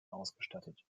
ausgestattet